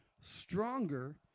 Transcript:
stronger